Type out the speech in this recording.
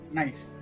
nice